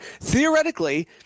theoretically –